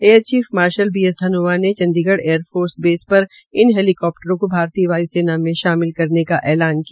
air chief marshal B S Dhanoa ने आज Chandigarh air force base र इन हैलीकप्टरों को भारतीय वाय् सेना में शामिल करने का ऐलान किया